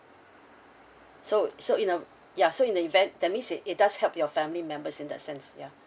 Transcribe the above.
so so in a ya so in the event that means it it does help your family members in that sense ya